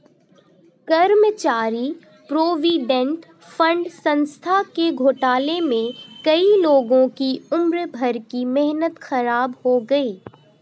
कर्मचारी provident fund संस्था के घोटाले में कई लोगों की उम्र भर की मेहनत ख़राब हो गयी